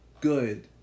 Good